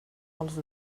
els